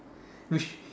which